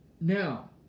now